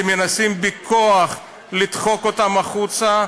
שמנסים בכוח לדחוק אותם החוצה,